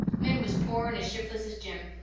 min was pore and as shiftless as jim.